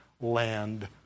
land